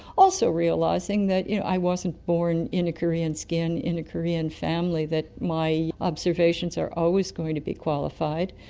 also realising that you know i wasn't born in a korean skin in a korean family, that my observations are always going to be qualified,